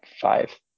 Five